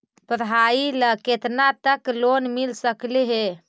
पढाई ल केतना तक लोन मिल सकले हे?